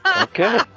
Okay